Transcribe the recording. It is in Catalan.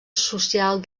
social